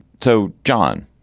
so, john,